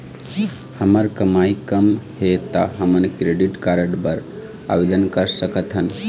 हमर कमाई कम हे ता हमन क्रेडिट कारड बर आवेदन कर सकथन?